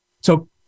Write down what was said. So-